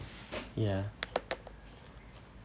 ya